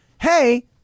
Hey